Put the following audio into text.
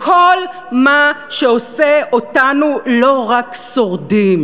בכל מה שעושה אותנו לא רק שורדים,